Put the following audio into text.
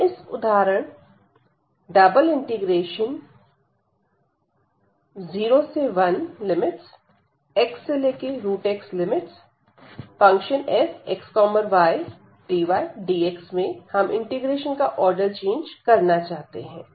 अब इस उदाहरण 01xxfxydydx में हम इंटीग्रेशन का ऑर्डर चेंज करना चाहते हैं